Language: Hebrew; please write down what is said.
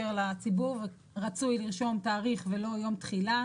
לציבור ורצוי לרשום תאריך ולא יום תחילה,